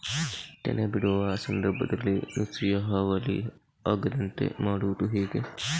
ತೆನೆ ಬಿಡುವ ಸಂದರ್ಭದಲ್ಲಿ ನುಸಿಯ ಹಾವಳಿ ಆಗದಂತೆ ಮಾಡುವುದು ಹೇಗೆ?